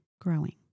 growing